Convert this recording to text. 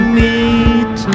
meet